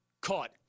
caught